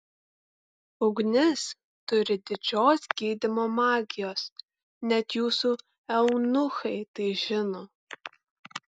ugnis turi didžios gydymo magijos net jūsų eunuchai tai žino